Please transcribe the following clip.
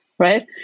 Right